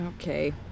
Okay